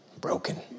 broken